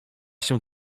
się